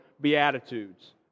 Beatitudes